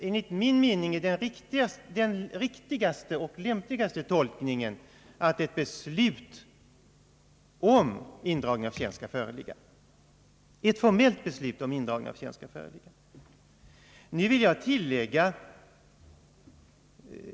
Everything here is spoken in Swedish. Enligt min mening är emellertid den riktigaste och lämpligaste tolkningen att ett formellt beslut om indragning av tjänsten skall föreligga.